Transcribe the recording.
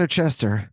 Chester